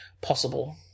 possible